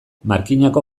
markinako